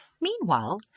Meanwhile